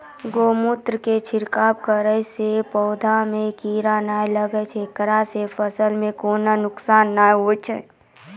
गोमुत्र के छिड़काव करला से पौधा मे कीड़ा नैय लागै छै ऐकरा से फसल मे कोनो नुकसान नैय होय छै?